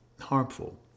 harmful